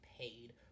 paid